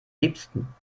liebsten